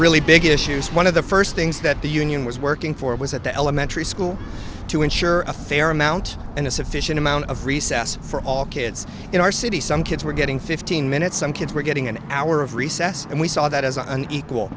really big issues one of the first things that the union was working for was at the elementary school to ensure a fair amount and a sufficient amount of recess for all kids in our city some kids were getting fifteen minutes some kids were getting an hour of recess and we saw that as an equal